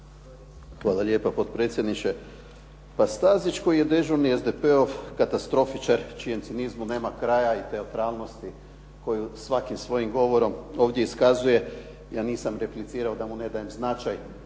Hvala lijepa potpredsjedniče. Pa Stazić koji je dežurni SDP-ov katastrofičar, čijem cinizmu nema kraja i …/Govornik udaljen od mikrofona, ne razumije se./… koju svakim svojim govorom ovdje iskazuje, ja nisam replicirao da mu ne dajem značaj